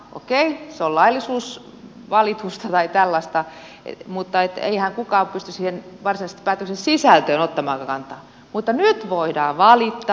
okei se on laillisuusvalitusta tai tällaista mutta eihän kukaan pysty varsinaisesti päätöksen sisältöön ottamaankaan kantaa mutta nyt voidaan valittaa